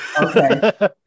okay